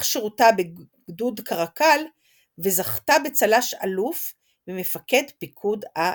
שירותה בגדוד קרקל וזכתה בצל"ש אלוף ממפקד פיקוד הדרום.